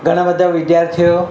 ઘણા બધા વિદ્યાર્થીઓ